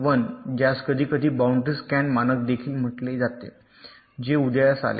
1 ज्यास कधीकधी boundary scan मानक देखील म्हटले जाते जे उदयास आले